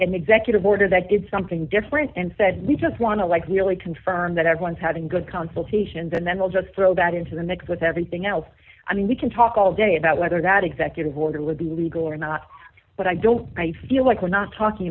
an executive order that did something different and said we just want to like really confirm that everyone's having good consultations and then we'll just throw that into the mix with everything else i mean we can talk all day about whether that executive order would be legal or not but i don't i feel like we're not talking